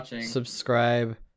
subscribe